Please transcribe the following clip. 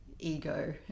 ego